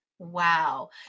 Wow